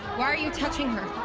why are you touching her?